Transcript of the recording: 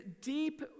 deep